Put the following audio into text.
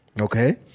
Okay